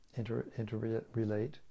interrelate